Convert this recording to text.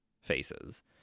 faces